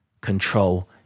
control